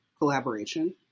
collaboration